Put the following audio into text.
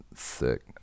sick